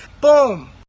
Boom